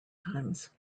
times